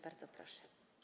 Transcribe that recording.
Bardzo proszę.